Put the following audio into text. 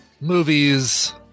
Movies